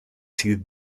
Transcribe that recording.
sydd